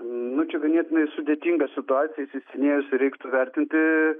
nu čia ganėtinai sudėtinga situacija įsisenėjusi reiktų vertinti